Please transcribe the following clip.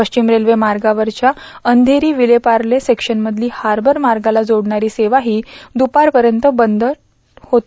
पश्चिम रेल्वे मार्गावरच्या अंचेरी विलेपार्ले सेक्शनमधली हार्बर मार्गाला जोडणारी सेवाही दुपारपर्यंत बंद होती